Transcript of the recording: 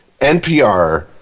NPR